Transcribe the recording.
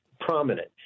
prominent